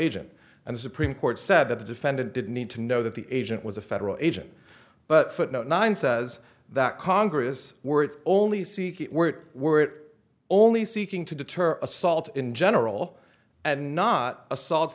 agent and the supreme court said that the defendant did need to know that the agent was a federal agent but footnote nine says that congress were only seeking were it were only seeking to deter assaults in general and not a